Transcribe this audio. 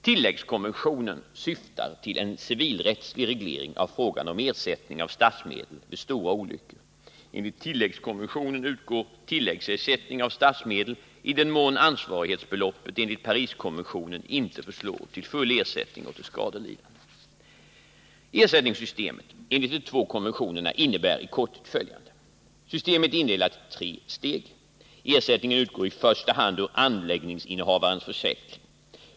Tilläggskonventionen syftar till en civilrättslig reglering av frågan om ersättning av statsmedel vid stora olyckor. Enligt tilläggskonventionen utgår tilläggsersättning av statsmedel i den mån ansvarighetsbeloppet enligt Pariskonventionen inte förslår till full ersättning åt de skadelidande. Ersättningssystemet enligt de två konventionerna innebär i korthet följande. Systemet är indelat i tre steg. Ersättning utgår i första hand ur anläggningsinnehavarens försäkring.